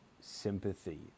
sympathy